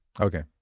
okay